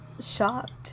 Shocked